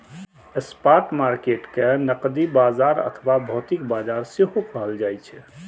spot market कें नकदी बाजार अथवा भौतिक बाजार सेहो कहल जाइ छै